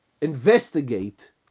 investigate